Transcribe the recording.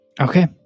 Okay